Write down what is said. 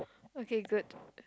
okay good